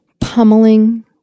pummeling